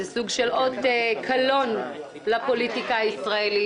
זה סוג של אות קלון לפוליטיקה הישראלית.